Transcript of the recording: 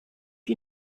you